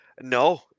No